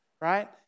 right